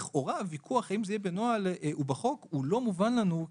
לכאורה הוויכוח אם זה יהיה בנוהל או בחוק הוא לא מובן לנו.